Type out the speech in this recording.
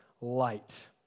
light